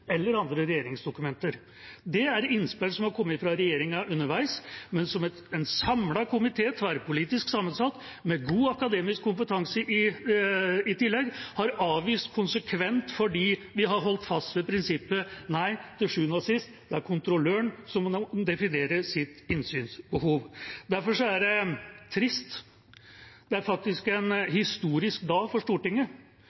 eller andre regjeringsdokumenter. Det er innspill som har kommet fra regjeringa underveis, noe en samlet tverrpolitisk sammensatt komité, med god akademisk kompetanse i tillegg, har avvist konsekvent fordi vi har holdt fast ved prinsippet om at det til sjuende og sist er kontrolløren som må definere sitt innsynsbehov. Derfor er det trist og faktisk en